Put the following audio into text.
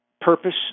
Purpose